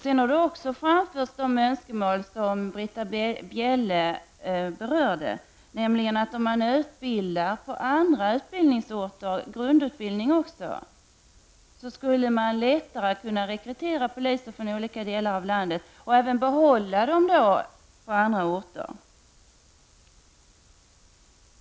Det har också framförts de önskemål som Britta Bjelle berörde, nämligen att det skall finnas grundutbildning även på andra utbildningsorter och att det då skulle vara lättare att rekrytera poliser från olika delar av landet och även behålla dem på dessa orter.